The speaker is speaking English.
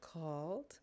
called